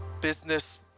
business